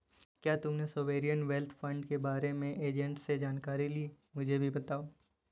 क्या तुमने sovereign wealth fund के बारे में एजेंट से जानकारी ली, मुझे भी बताओ